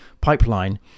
pipeline